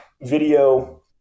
video